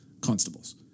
constables